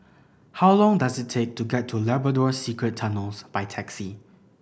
how long does it take to get to Labrador Secret Tunnels by taxi